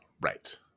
Right